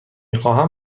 خواهم